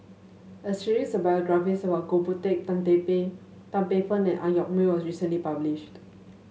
a series of biographies about Goh Boon Teck Tan Teck Tan Paey Fern and Ang Yoke Mooi was recently published